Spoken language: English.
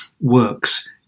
works